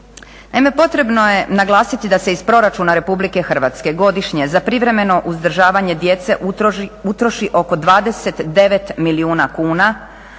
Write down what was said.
potrebno je naglasiti da se iz proračuna Republike Hrvatske godišnje za privremeno uzdržavanje djece utroši oko 29 milijuna kuna